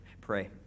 pray